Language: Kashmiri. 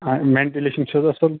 آ وِینٹٕلیشَن چھُوٕ حظ اَصٕل